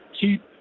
Keep